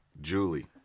Julie